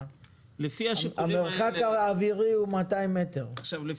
במרחק אווירי של 200 מטר,